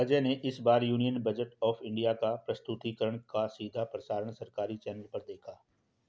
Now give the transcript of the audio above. अजय ने इस बार यूनियन बजट ऑफ़ इंडिया का प्रस्तुतिकरण का सीधा प्रसारण सरकारी चैनल पर देखा